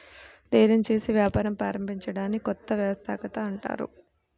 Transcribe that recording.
ధైర్యం చేసి వ్యాపారం ప్రారంభించడాన్ని కొత్త వ్యవస్థాపకత అంటారు